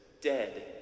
dead